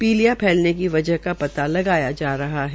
पीलिया फैलने की बजह का पता लगाया जा रहा है